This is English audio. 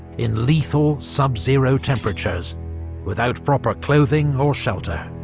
in lethal sub-zero temperatures without proper clothing or shelter.